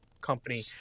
company